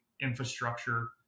infrastructure